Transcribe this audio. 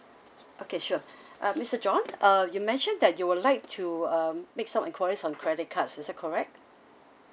okay sure uh mister john uh you mentioned that you would like to um make some enquiries on credit cards is it correct